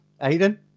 Aiden